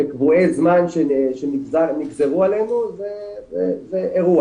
בקבועי זמן שנגזרו עלינו זה אירוע.